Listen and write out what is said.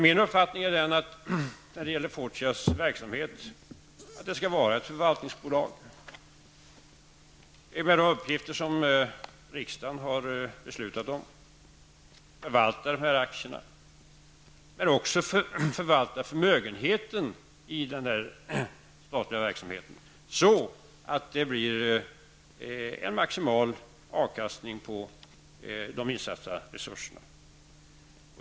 Min uppfattning när det gäller Fortias verksamhet är att det skall vara ett förvaltningsbolag, med de uppgifter som riksdagen har beslutat om. Det skall vara förvaltare av aktierna, men skall också förvalta förmögenheten i den här statliga verksamheten så, att det blir en maximal avkastning på de insatta resurserna.